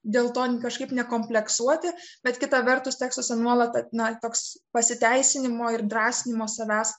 dėl to kažkaip nekompleksuoti bet kita vertus tekstuose nuolat na toks pasiteisinimo ir drąsinimo savęs